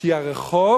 כי הרחוב